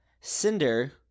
Cinder